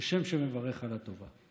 כשם שמברך על הטובה.